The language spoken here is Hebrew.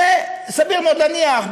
שסביר מאוד להניח,